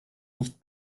nicht